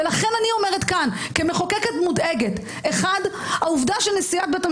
ולכן אני אומרת כאן כמחוקקת מודאגת: קודם כול העובדה שנשיאת